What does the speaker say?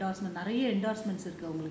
I think she has lot of endorsements